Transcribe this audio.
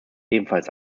ebenfalls